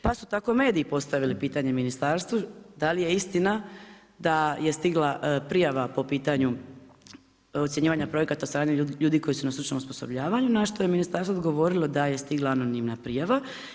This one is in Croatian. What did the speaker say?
Pa su tako mediji postavili pitanje ministarstvu, da li je istina, da je stigla prijava po pitanju ocjenjivanja projekata od strane ljude koji su na stručnom osposobljavanju, na što je ministarstvo odgovorilo da je stigla anonimna prijava.